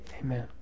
Amen